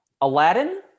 Aladdin